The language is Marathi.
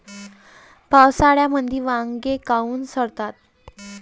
पावसाळ्यामंदी वांगे काऊन सडतात?